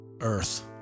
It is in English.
Earth